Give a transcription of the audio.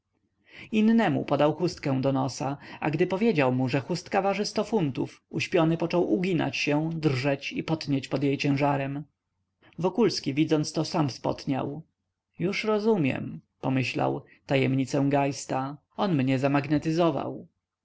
innemu podał chustkę do nosa a gdy powiedział mu że chustka waży sto funtów uśpiony począł uginać się drżeć i potnieć pod jej ciężarem wokulski widząc to sam spotniał już rozumiem pomyślał tajemnicę geista on mnie zamagnetyzował